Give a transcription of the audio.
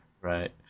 right